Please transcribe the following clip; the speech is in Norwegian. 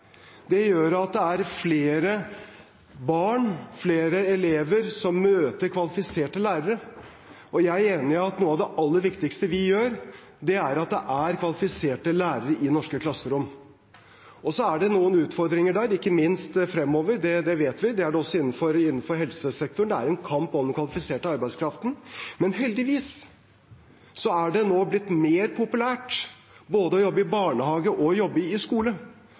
Det gjør at det er flere barn, flere elever, som møter kvalifiserte lærere. Jeg er enig i at noe av det aller viktigste vi gjør, er å sørge for at det er kvalifiserte lærere i norske klasserom. Så er det noen utfordringer der, ikke minst fremover – det vet vi. Det er det også innenfor helsesektoren. Det er en kamp om den kvalifiserte arbeidskraften. Men heldigvis er det nå blitt mer populært både å jobbe i barnehage og å jobbe i skole